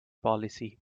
policy